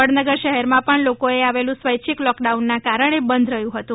વડનગર શહેરમાં પણ લોકોએ આવેલુ સ્વૈચ્છિક લોકડાઉનનાં કારણે બંધ રહ્યું હતું